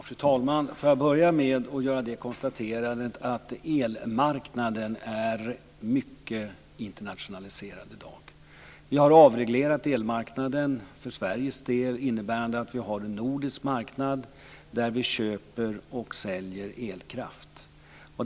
Fru talman! Får jag börja med att göra konstaterandet att elmarknaden i dag är mycket internationaliserad. Vi har avreglerat elmarknaden för Sveriges del innebärande att vi har en nordisk elmarknad där vi köper och säljer elkraft.